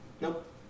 Nope